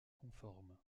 conforme